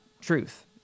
truth